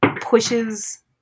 pushes